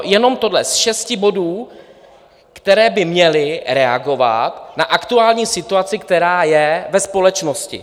Jenom tohle, z šesti bodů, které by měly reagovat na aktuální situaci, která je ve společnosti.